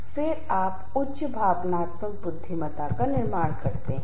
तो इसलिए सभी तनाव प्रदर्शन में गिरावट का कारण नहीं बनेंगे